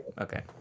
Okay